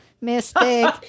Mistake